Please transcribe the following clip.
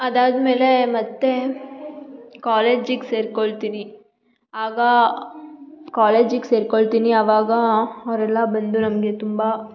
ಅದಾದಮೇಲೆ ಮತ್ತೆ ಕಾಲೇಜಿಗೆ ಸೇರ್ಕೊಳ್ತೀನಿ ಆಗ ಕಾಲೆಜಿಗೆ ಸೇರ್ಕೊಳ್ತೀನಿ ಅವಾಗ ಅವರೆಲ್ಲ ಬಂದು ನಮಗೆ ತುಂಬ